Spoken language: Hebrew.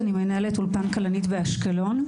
כי הייתי פה לפני שנה בוועדת החינוך.